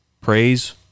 Praise